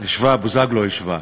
כן, בוזגלו השווה.